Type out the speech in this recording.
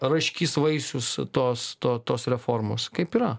raškys vaisius tos to tos reformos kaip yra